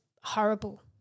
horrible